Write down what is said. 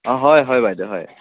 অ' হয় হয় বাইদ' হয়